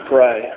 pray